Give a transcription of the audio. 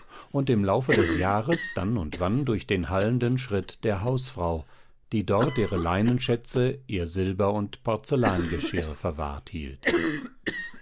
und im laufe des jahres dann und wann durch den hallenden schritt der hausfrau die dort ihre leinenschätze ihr silber und porzellangeschirr verwahrt hielt